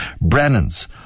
Brennan's